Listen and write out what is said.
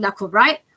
Right